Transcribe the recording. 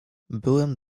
byłem